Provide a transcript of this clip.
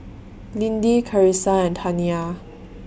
Lindy Carissa and Taniya